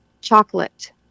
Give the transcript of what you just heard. chocolate